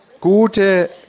gute